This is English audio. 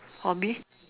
hobby